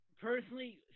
Personally